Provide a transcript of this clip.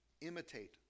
Imitate